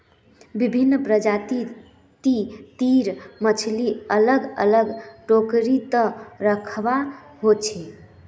विभिन्न प्रजाति तीर मछली अलग अलग टोकरी त रखवा हो छे